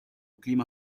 clima